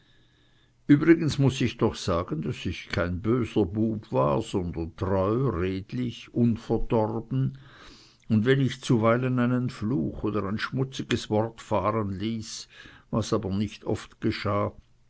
übrigens muß ich doch sagen daß ich kein böser bube war sondern treu redlich unverdorben und wenn ich zuweilen einen fluch oder ein schmutziges wort fahren ließ was aber nicht oft geschah